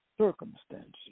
circumstances